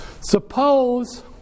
Suppose